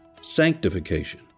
sanctification